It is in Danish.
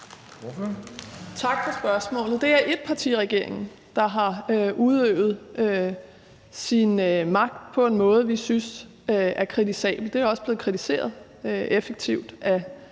Tak for spørgsmålet. Det er etpartiregeringen, der har udøvet sin magt på en måde, som vi synes er kritisabel. Det er også blevet kritiseret effektivt af